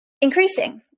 increasing